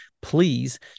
please